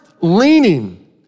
leaning